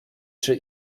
czy